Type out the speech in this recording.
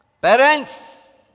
Parents